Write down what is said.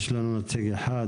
יש כאן נציג אחד,